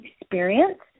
experience